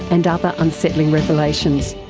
and other unsettling revelations.